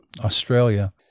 Australia